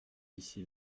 ici